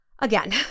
Again